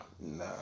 Nah